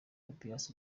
papias